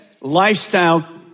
lifestyle